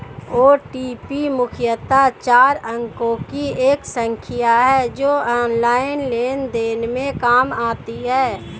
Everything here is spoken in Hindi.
ओ.टी.पी मुख्यतः चार अंकों की एक संख्या है जो ऑनलाइन लेन देन में काम आती है